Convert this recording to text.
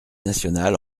nationale